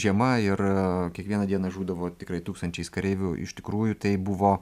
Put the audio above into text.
žiema ir kiekvieną dieną žūdavo tikrai tūkstančiais kareivių iš tikrųjų tai buvo